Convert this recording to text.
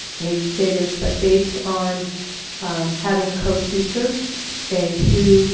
i hate to say this, but based on having co-teachers and who